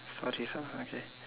for this one okay